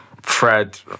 Fred